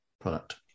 product